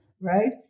right